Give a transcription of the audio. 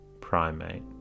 Primate